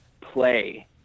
play